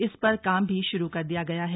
इस पर काम भी शुरू कर दिया गया है